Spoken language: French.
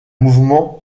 mouvement